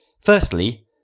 Firstly